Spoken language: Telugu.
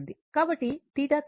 కాబట్టి θ తిరుగుతోంది